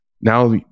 now